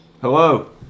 Hello